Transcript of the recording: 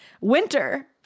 Winter